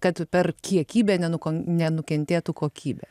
kad per kiekybę nenukon nenukentėtų kokybė